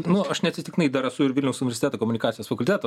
nu aš neatsitiktinai dar esu ir vilniaus universiteto komunikacijos fakulteto